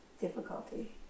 difficulty